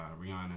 Rihanna